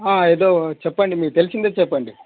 ఏదో చెప్పండి మీకు తెలిసింది చెప్పండి